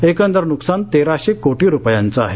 एकंदर नुकसान तेराशे कोटी रुपयाचं आहे